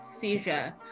seizure